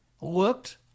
looked